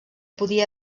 podia